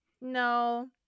No